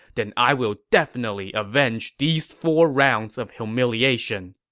then i will definitely avenge these four rounds of humiliation!